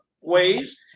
ways